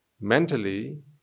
mentally